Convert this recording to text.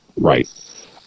right